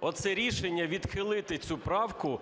Оце рішення відхилити цю правку